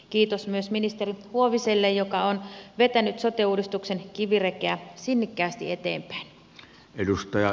kiitos myös ministeri huoviselle joka on vetänyt sote uudistuksen kivirekeä sinnikkäästi eteenpäin